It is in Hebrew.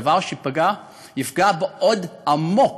דבר שיפגע מאוד עמוק